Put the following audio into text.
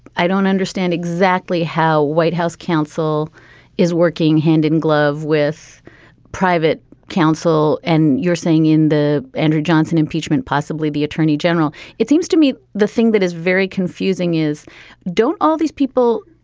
i don't understand exactly how white house counsel is working hand in glove with private counsel. and you're saying in the andrew johnson impeachment, possibly the attorney general. it seems to me the thing that is very confusing is don't all these people,